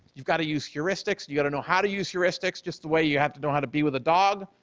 you got to use heuristics. you got to know how to use heuristics just the way you have know how to be with a dog,